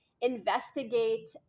investigate